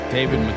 David